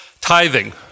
Tithing